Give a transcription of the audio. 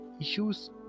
issues